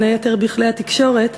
בין היתר בכלי התקשורת,